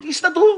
יסתדרו.